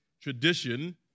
tradition